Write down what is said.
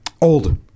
Old